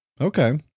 okay